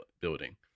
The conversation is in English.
building